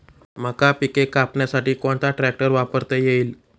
मका पिके कापण्यासाठी कोणता ट्रॅक्टर वापरता येईल?